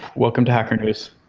welcome to hacker news.